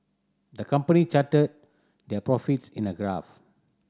the company charted their profits in a graph